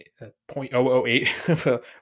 0.008